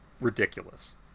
ridiculous